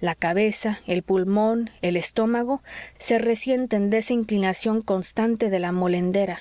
la cabeza el pulmón el estómago se resienten de esa inclinación constante de la molendera